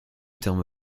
terme